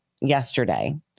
yesterday